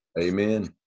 Amen